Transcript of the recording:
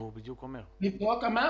אמרתי.